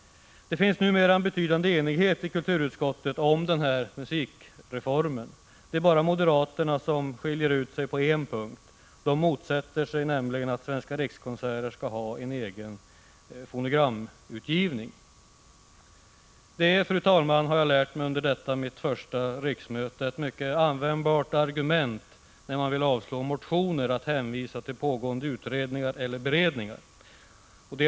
Det finns numera en betydande enighet i kulturutskottet om denna musikreform. Det är bara moderaterna som skiljer ut sig på en punkt. De motsätter sig nämligen att Svenska rikskonserter skall ha en egen fonogramutgivning. Fru talman! Det är — det har jag lärt mig under detta mitt första riksmöte — ett mycket användbart argument när man vill avslå motioner, att hänvisa till pågående utredningar eller beredningar.